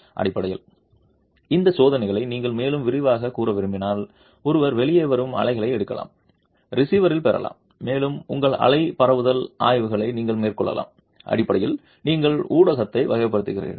அடிப்படையில் இந்த சோதனைகளை நீங்கள் மேலும் விரிவாகக் கூற விரும்பினால் ஒருவர் வெளியே வரும் அலைகளை எடுக்கலாம் ரிசீவரில் பெறலாம் மேலும் உங்கள் அலை பரப்புதல் ஆய்வுகளை நீங்கள் மேற்கொள்ளலாம் அடிப்படையில் நீங்கள் ஊடகத்தை வகைப்படுத்துகிறீர்கள்